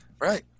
Right